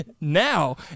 now